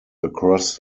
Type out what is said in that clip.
across